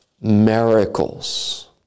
miracles